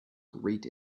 great